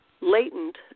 latent